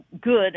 good